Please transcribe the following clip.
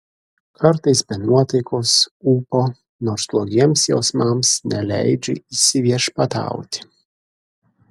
kartais be nuotaikos ūpo nors blogiems jausmams neleidžiu įsiviešpatauti